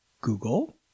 Google